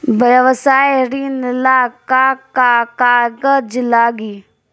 व्यवसाय ऋण ला का का कागज लागी?